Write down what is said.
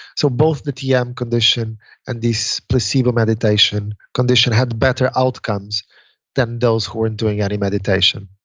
so both the tm condition and this placebo meditation condition had better outcomes than those who weren't doing any meditation.